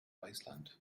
iceland